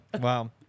Wow